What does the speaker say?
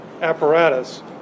apparatus